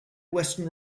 western